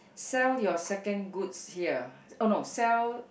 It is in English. sell your second goods here oh no sell